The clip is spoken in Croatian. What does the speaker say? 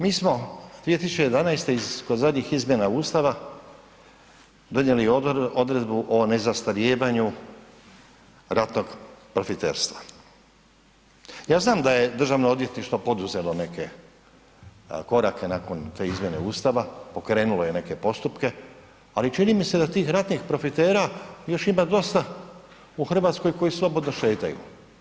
Mi smo 2011. kod zadnjih izmjena Ustava donijeli odredbu o nezastarijevanju ratnog profiterstva, ja znam da je Državno odvjetništvo poduzelo neke korake nakon te izmjene Ustava, pokrenulo je neke postupke, ali čini mi se da tih ratnih profitera još ima dosta u Hrvatskoj koji slobodno šetaju.